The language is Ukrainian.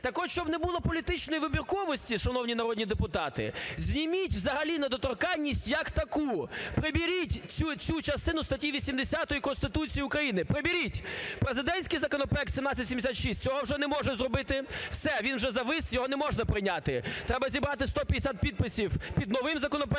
Так от щоб не було політичної вибірковості, шановні народні депутати, зніміть взагалі недоторканність як таку, приберіть всю цю частину статті 80 Конституції України, приберіть. Президентський законопроект 1776 цього вже не може зробити, все, він вже завис, його не можна прийняти, треба зібрати 150 підписів під новим законопроектом,